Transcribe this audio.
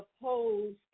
opposed